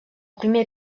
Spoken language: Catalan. primer